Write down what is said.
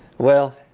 well,